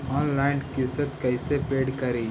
Online किस्त कैसे paid करि?